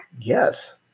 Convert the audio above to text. yes